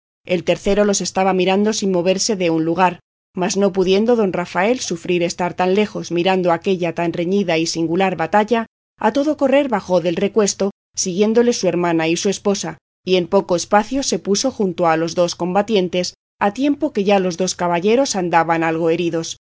el tercero los estaba mirando sin moverse de un lugar mas no pudiendo don rafael sufrir estar tan lejos mirando aquella tan reñida y singular batalla a todo correr bajó del recuesto siguiéndole su hermana y su esposa y en poco espacio se puso junto a los dos combatientes a tiempo que ya los dos caballeros andaban algo heridos